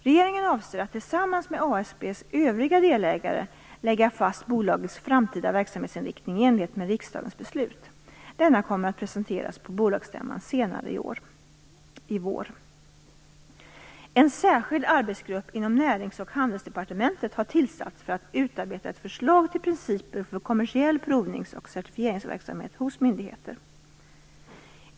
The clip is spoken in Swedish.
Regeringen avser att tillsammans med ASB:s övriga delägare lägga fast bolagets framtida verksamhetsinriktning i enlighet med riksdagens beslut. Denna kommer att presenteras på bolagsstämman senare i vår. En särskild arbetsgrupp inom Närings och handelsdepartementet har tillsatts för att utarbeta ett förslag till principer för kommersiell provnings och certifieringsverksamhet hos myndigheter.